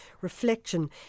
Reflection